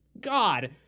god